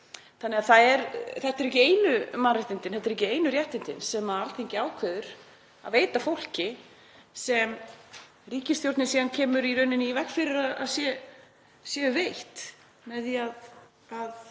Þannig að þetta eru ekki einu mannréttindin, þetta eru ekki einu réttindin sem Alþingi ákveður að veita fólki sem ríkisstjórnin kemur síðan í rauninni í veg fyrir að séu veitt með því að